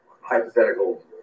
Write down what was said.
hypothetical